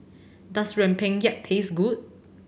does Rempeyek taste good